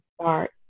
start